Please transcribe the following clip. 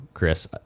Chris